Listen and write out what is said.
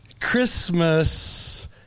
Christmas